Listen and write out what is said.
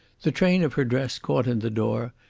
the train of her dress caught in the door,